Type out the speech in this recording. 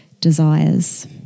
desires